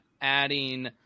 adding